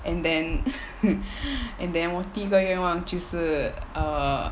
and then and then 我第一个愿望就是 err